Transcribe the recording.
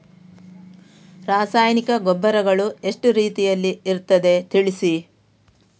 ರಾಸಾಯನಿಕ ಗೊಬ್ಬರಗಳು ಎಷ್ಟು ರೀತಿಯಲ್ಲಿ ಇರ್ತದೆ ತಿಳಿಸಿ?